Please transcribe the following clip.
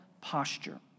posture